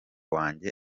wanjye